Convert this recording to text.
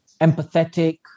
empathetic